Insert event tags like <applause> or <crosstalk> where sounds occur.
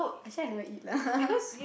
actually I never eat lah <laughs>